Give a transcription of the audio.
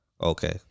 Okay